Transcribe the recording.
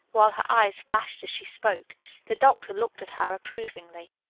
while her eyes flashed as she spoke. the doctor looked at her approvingly.